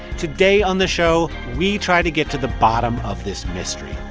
today on the show, we try to get to the bottom of this mystery.